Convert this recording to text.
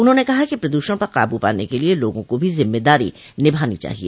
उन्होंने कहा कि प्रद्षण पर काबू पान के लिए लोगों को भी जिम्मेदारी निभानी चाहिए